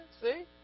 See